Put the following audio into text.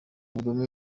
ubugome